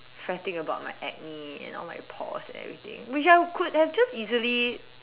frantic about my acne and all my pores and everything which I could have just easily